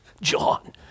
John